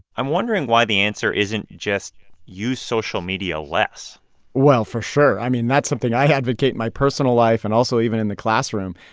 i'm wondering why the answer isn't just use social media less well, for sure. i mean, that's something i advocate my personal life and also even in the classroom.